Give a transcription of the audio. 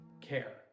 care